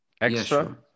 extra